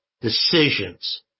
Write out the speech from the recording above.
decisions